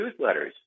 newsletters